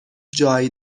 جای